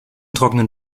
trockenen